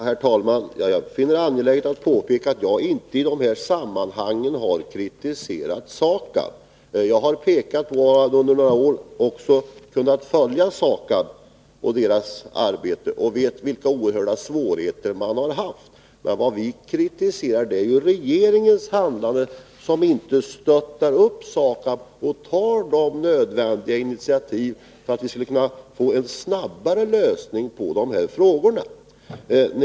Herr talman! Jag finner det angeläget att påpeka att jag inte har kritiserat SAKAB. Jag har under några år kunnat följa SAKAB och dess arbete och vet vilka oerhörda svårigheter som företaget har haft. Vad vi kritiserar är att regeringen inte stöttar upp SAKAB och tar nödvändiga initiativ för att få en snabbare lösning på de här frågorna.